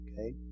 Okay